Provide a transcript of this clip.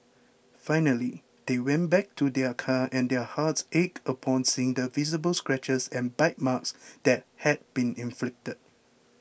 finally they went back to their car and their hearts ached upon seeing the visible scratches and bite marks that had been inflicted